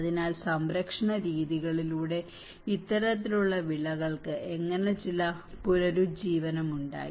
അതിനാൽ സംരക്ഷണ രീതികളിലൂടെ ഇത്തരത്തിലുള്ള വിളകൾക്ക് എങ്ങനെ ചില പുനരുജ്ജീവനം ഉണ്ടായി